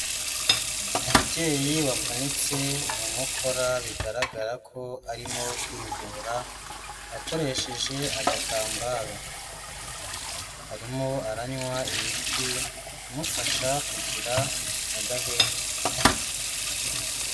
Umubyeyi wavunitse mu nkokora bigaragara ko arimo kwivura akoresheje agatambaro, arimo aranywa imiti imufasha kugira agahenge.